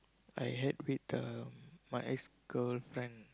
I had with uh my ex girlfriend